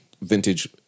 vintage